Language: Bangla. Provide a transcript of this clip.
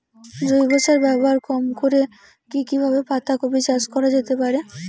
জৈব সার ব্যবহার কম করে কি কিভাবে পাতা কপি চাষ করা যেতে পারে?